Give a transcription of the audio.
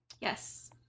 Yes